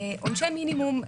עונשי מינימום,